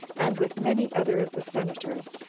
and, with many other of the senators,